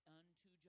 unto